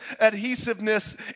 adhesiveness